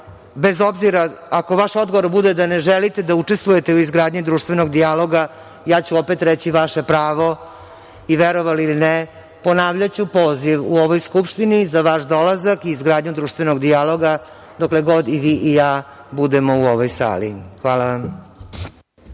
Bez obzira, ako vaš odgovor bude da ne želite da učestvujete u izgradnji društvenog dijaloga, ja ću opet reći – vaše pravo i, verovali ili ne, ponavljaću poziv u ovoj Skupštini za vaš dolazak i izgradnju dijaloga dokle god i vi i ja budemo u ovoj sali. Hvala.